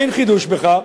אין חידוש בכך,